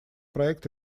проект